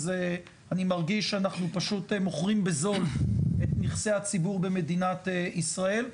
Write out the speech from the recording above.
אני מרגיש שאנחנו פשוט מוכרים בזול את נכסי הציבור במדינת ישראל,